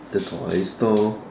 the toy store